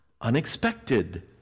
unexpected